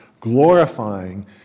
glorifying